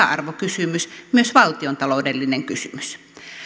arvokysymys myös valtiontaloudellinen kysymys